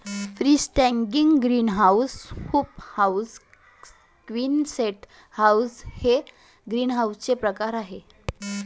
free standing greenhouse, hoop house, Quonset greenhouse हे ग्रीनहाऊसचे प्रकार आहे